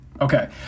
Okay